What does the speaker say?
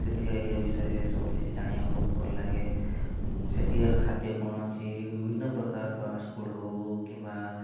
ସେଠିକା ଏରିଆ ବିଷୟରେ ସବୁ କିଛି ଜାଣିବକୁ ବହୁତ ଭଲ ଲାଗେ ସେଠିକାର ଖାଦ୍ୟ କ'ଣ ଅଛି ବିଭିନ୍ନ ପ୍ରକାରର ଫାଷ୍ଟଫୁଡ଼ ହଉ କିମ୍ବା